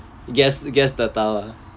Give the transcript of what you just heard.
guess guess the power